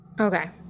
Okay